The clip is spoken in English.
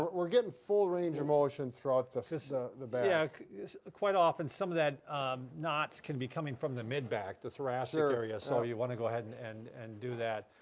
we're getting full range of motion throughout the the back ah quite often, some of that knots can be coming from the mid-back, the thoracic area, so you want to go ahead and and and do that.